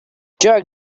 jerk